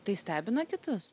tai stebina kitus